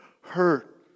hurt